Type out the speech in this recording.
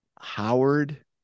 Howard